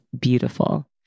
beautiful